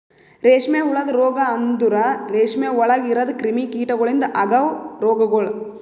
ರೇಷ್ಮೆ ಹುಳದ ರೋಗ ಅಂದುರ್ ರೇಷ್ಮೆ ಒಳಗ್ ಇರದ್ ಕ್ರಿಮಿ ಕೀಟಗೊಳಿಂದ್ ಅಗವ್ ರೋಗಗೊಳ್